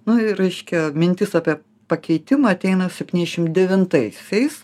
nu ir reiškia mintis apie pakeitimą ateina septyniasdešim devintaisiais